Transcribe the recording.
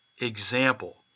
example